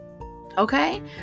Okay